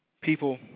People